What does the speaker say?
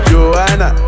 Joanna